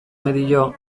medio